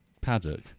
paddock